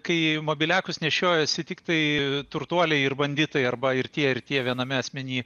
kai mobiliakus nešiojosi tiktai turtuoliai ir banditai arba ir tie ir tie viename asmeny